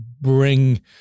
bring